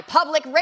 Public